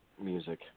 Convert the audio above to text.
music